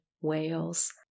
Wales